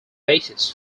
basis